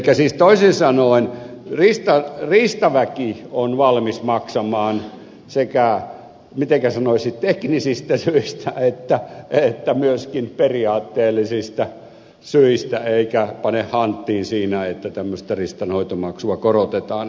siis toisin sanoen riistaväki on valmis maksamaan sekä mitenkä sanoisin teknisistä syistä että myöskin periaatteellisista syistä eikä pane hanttiin siinä että tämmöistä riistanhoitomaksua korotetaan